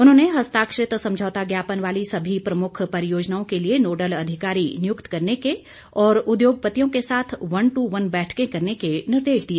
उन्होंने हस्ताक्षरित समझौता ज्ञापन वाली सभी प्रमुख परियोजनाओं के लिए नोडल अधिकारी नियुक्त करने के और उद्योगपतियों के साथ वन ट्र वन बैठकें करने के निर्देश दिए